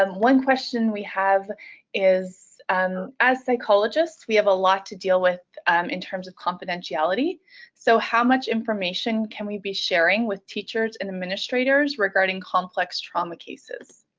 um one question we have is, and as psychologists we have a lot to deal with in terms of confidentiality so how much information can we be sharing with teachers and administrators regarding complex trauma cases?